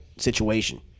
situation